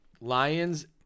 Lions